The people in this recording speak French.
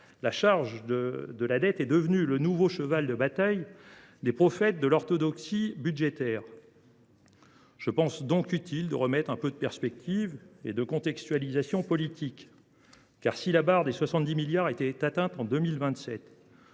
la charge de la dette est devenue le nouveau cheval de bataille des prophètes de l’orthodoxie budgétaire. Il est donc utile de remettre dans nos débats de la perspective et du contexte politique. Si la barre des 70 milliards d’euros était atteinte en 2027,